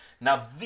now